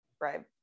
Right